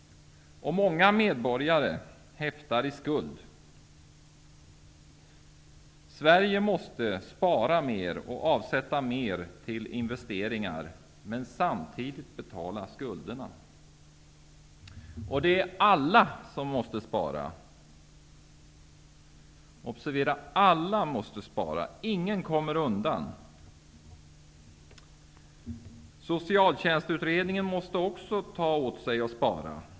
Många medborgare häftar i skuld. Sverige måste spara mer och avsätta mer till investeringar men samti digt betala skulderna. Alla måste spara -- obser vera att alla måste spara. Ingen kommer undan. Socialtjänstutredningen måste också ta åt sig och spara.